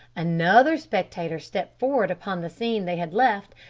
another spectator stepped forward upon the scene they had left,